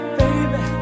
baby